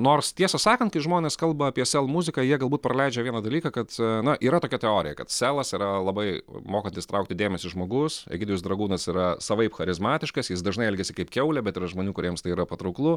nors tiesą sakant kai žmonės kalba apie sel muziką jie galbūt praleidžia vieną dalyką kad na yra tokia teorija kad selas yra labai mokantis traukti dėmesį žmogus egidijus dragūnas yra savaip charizmatiškas jis dažnai elgiasi kaip kiaulė bet yra žmonių kuriems tai yra patrauklu